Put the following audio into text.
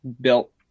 built